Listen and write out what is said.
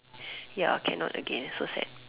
ya cannot again so sad